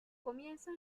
comienza